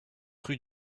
rue